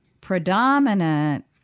predominant